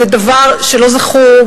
זה דבר שלא זכור,